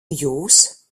jūs